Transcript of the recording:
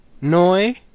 Noi